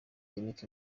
yannick